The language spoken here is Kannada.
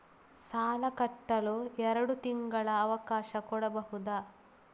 ಸಾಲ ಕಟ್ಟಲು ಎರಡು ತಿಂಗಳ ಅವಕಾಶ ಕೊಡಬಹುದಾ?